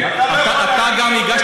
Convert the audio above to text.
אתה לא יכול להגיד,